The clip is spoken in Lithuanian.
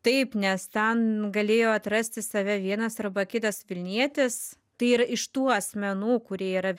taip nes tan galėjo atrasti save vienas arba kitas vilnietis tai yra iš tų asmenų kurie yra